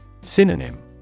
Synonym